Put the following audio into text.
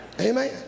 Amen